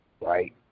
right